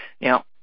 Now